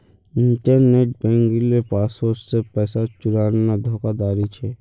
internet बन्किंगेर password से पैसा चुराना धोकाधाड़ी छे